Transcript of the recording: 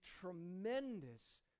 tremendous